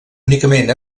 únicament